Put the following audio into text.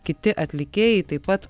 kiti atlikėjai taip pat